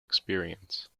experience